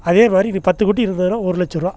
அதேமாதிரி பத்து குட்டி இருந்துதுன்னால் ஒரு லட்சரூவாய்